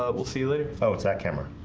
but we'll see you later. oh, it's that camera